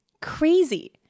Crazy